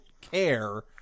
care